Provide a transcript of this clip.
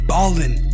Ballin